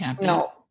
no